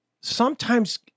sometimes-